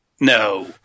No